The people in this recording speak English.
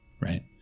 right